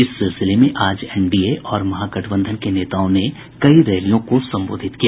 इस सिलसिले में आज एनडीए और महागठबंधन के नेताओं ने कई रैलियों को संबोधित किया